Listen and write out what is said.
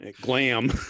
glam